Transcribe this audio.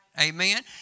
Amen